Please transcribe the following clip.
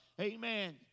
Amen